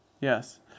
yes